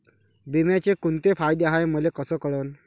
बिम्याचे कुंते फायदे हाय मले कस कळन?